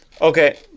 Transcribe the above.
okay